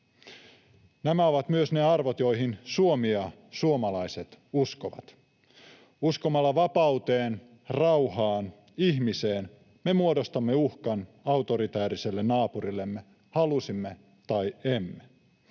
Nämä ovat myös ne arvot, joihin Suomi ja suomalaiset uskovat. Uskomalla vapauteen, rauhaan, ihmiseen me muodostamme uhkan autoritääriselle naapurillemme, halusimme tai emme.